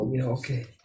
okay